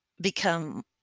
become